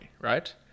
right